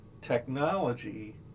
technology